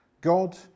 God